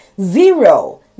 Zero